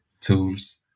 tools